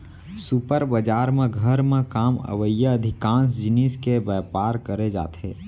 super bazaar म घर म काम अवइया अधिकांस जिनिस के बयपार करे जाथे